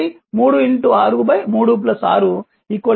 కాబట్టి 3 6 3 6 2 Ω ఉంటుంది